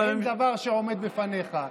אין דבר שעומד בפניך.